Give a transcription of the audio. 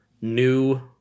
New